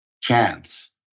chance